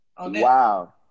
Wow